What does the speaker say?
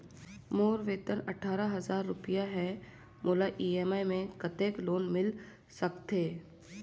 मोर वेतन अट्ठारह हजार रुपिया हे मोला ई.एम.आई मे कतेक लोन मिल सकथे?